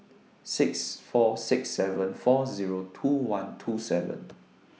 six four six seven four Zero two one two seven